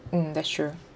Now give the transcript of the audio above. mm that's true